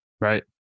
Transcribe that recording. Right